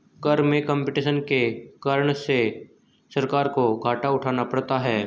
कर में कम्पटीशन के कारण से सरकार को घाटा उठाना पड़ता है